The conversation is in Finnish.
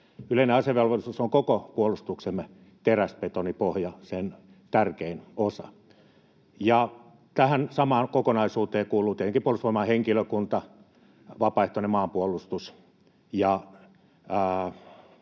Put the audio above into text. Yleinen asevelvollisuus on koko puolustuksemme teräsbetonipohja, sen tärkein osa, ja tähän samaan kokonaisuuteen kuuluu tietenkin Puolustusvoimain henkilökunta, vapaaehtoinen maanpuolustus